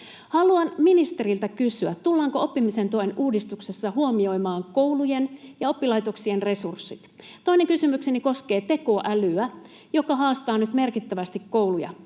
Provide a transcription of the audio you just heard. Haluan ministeriltä kysyä: Tullaanko oppimisen tuen uudistuksessa huomioimaan koulujen ja oppilaitoksien resurssit? Toinen kysymykseni koskee tekoälyä, joka haastaa nyt merkittävästi kouluja.